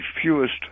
fewest